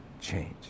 change